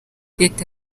leta